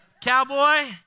cowboy